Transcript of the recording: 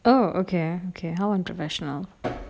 oh okay okay how unprofessional